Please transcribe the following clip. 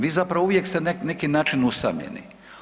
Vi zapravo uvijek ste na neki način usamljeni.